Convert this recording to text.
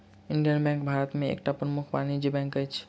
Indian bank Bharat में एकटा प्रमुख वाणिज्य बैंक अछि